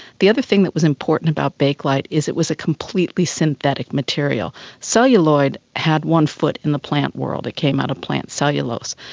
the other thing that was important about bakelite is it was a completely synthetic material. celluloid had one foot in the plant world. it came out of plant cellulose.